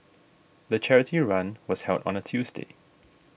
the charity run was held on a Tuesday